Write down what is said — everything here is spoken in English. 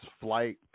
flight